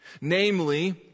Namely